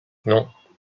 non